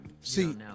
See